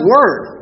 Word